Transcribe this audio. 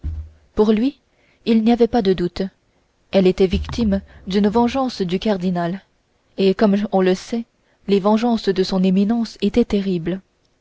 pour lui il n'y avait pas de doute elle était victime d'une vengeance du cardinal et comme on le sait les vengeances de son éminence étaient terribles